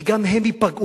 כי גם הם ייפגעו.